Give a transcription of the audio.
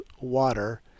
water